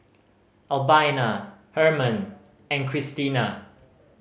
Albina Hermon and Krystina